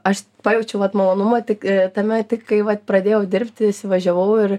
aš pajaučiau vat malonumą tik tame tik kai vat pradėjau dirbti įsivažiavau ir